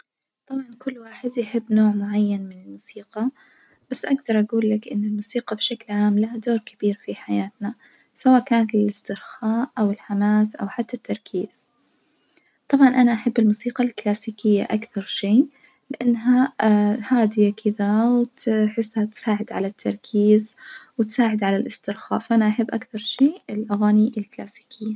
طبعًا كل واحد يحب نوع معين من الموسيقى، بس أجدر أجولك إن الموسيقى بشكل عام ليها دور كبير في حياتنا سواء كانت للاسترخاء أو الحماس أو حتى التركيز، طبعًا أنا أحب الموسيقى الكلاسيكية أكثر شي لأنها هادية كدة وتحسها تساعد على التركيز وتساعد على الاسترخاء، فأنا أحب أكثر شي الأغاني الكلاسيكية.